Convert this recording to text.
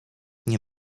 nie